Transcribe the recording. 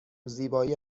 زیبایی